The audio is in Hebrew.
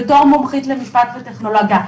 בתור מומחית למשפט וטכנולוגיה,